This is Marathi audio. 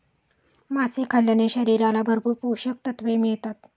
मासे खाल्ल्याने शरीराला भरपूर पोषकतत्त्वे मिळतात